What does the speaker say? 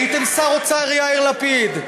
הייתם שר האוצר יאיר לפיד?